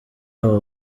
aba